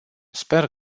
sper